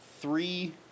Three